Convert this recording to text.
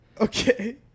Okay